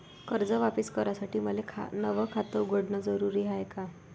कर्ज वापिस करासाठी मले नव खात उघडन जरुरी हाय का?